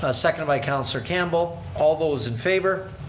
ah seconded by councilor campbell. all those in favor.